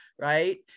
right